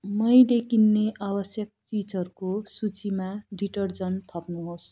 मैले किन्ने आवश्यक चिजहरूको सूचीमा डिटर्जन्ट थप्नुहोस्